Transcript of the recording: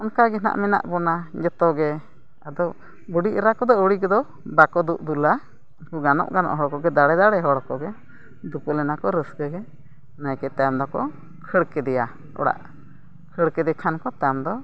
ᱚᱱᱠᱟᱜᱮ ᱦᱟᱸᱜ ᱢᱮᱱᱟᱜ ᱵᱚᱱᱟ ᱡᱚᱛᱚᱜᱮ ᱟᱫᱚ ᱵᱩᱰᱷᱤ ᱮᱨᱟ ᱠᱚᱫᱚ ᱟᱹᱣᱲᱤ ᱜᱮᱫᱚ ᱵᱟᱠᱚ ᱫᱩᱫᱩᱞᱟ ᱜᱟᱱᱚᱜ ᱜᱟᱱᱚᱜ ᱦᱚᱲ ᱠᱚᱜᱮ ᱫᱟᱲᱮ ᱫᱟᱲᱮ ᱦᱚᱲ ᱠᱚᱜᱮ ᱫᱩᱯᱩᱞᱟᱱᱟ ᱠᱚ ᱨᱟᱹᱥᱠᱟᱹᱜᱮ ᱱᱟᱭᱠᱮ ᱛᱟᱭᱚᱢ ᱫᱚᱠᱚ ᱠᱷᱟᱹᱲ ᱠᱮᱫᱮᱭᱟ ᱚᱲᱟᱜ ᱠᱷᱟᱹᱲ ᱠᱮᱫᱮ ᱠᱷᱟᱱ ᱠᱚ ᱛᱟᱭᱚᱢ ᱫᱚ